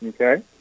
Okay